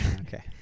Okay